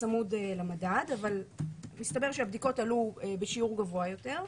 מסתבר שהבדיקות עלו בשיעור גבוה יותר,